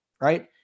right